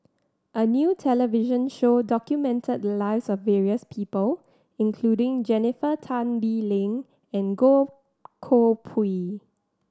a new television show documented the lives of various people including Jennifer Tan Bee Leng and Goh Koh Pui